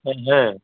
हाँ